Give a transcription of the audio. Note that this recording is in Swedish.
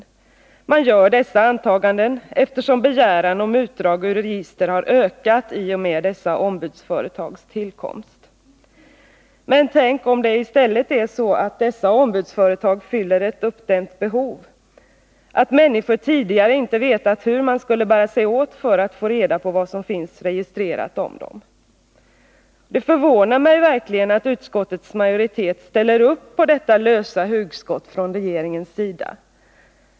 Utskottet gör dessa antaganden eftersom antalet beställningar av utdrag ur register har ökat i och med dessa ombudsföretags tillkomst. Tänk om det i stället är så, att dessa ombudsföretag fyller ett uppdämt behov, att människorna tidigare inte vetat hur de skulle bära sig åt för att få reda på vad som finns registrerat om dem. Det förvånar mig verkligen att utskottets majoritet ställer upp på detta lösa hugskott från regeringens sida.